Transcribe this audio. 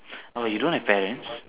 orh you don't have parents